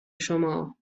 شما